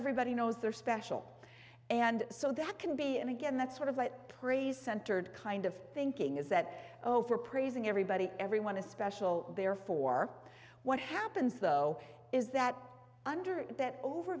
everybody knows they're special and so that can be and again that sort of like praise centered kind of thinking is that overpraising everybody everyone is special therefore what happens though is that under that over